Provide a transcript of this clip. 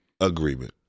agreement